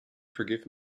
forgive